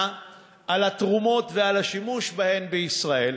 על התרומות ועל השימוש בהן בישראל,